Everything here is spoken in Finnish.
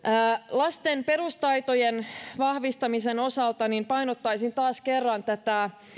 lasten perustaitojen vahvistamisen osalta painottaisin taas kerran itse asiassa tätä